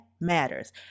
matters